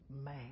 man